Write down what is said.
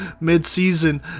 mid-season